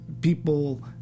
people